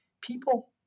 people